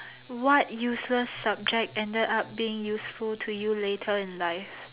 what useless subject ended up being useful to you later in life